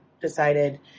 decided